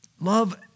love